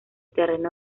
terreno